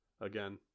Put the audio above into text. again